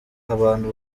abantu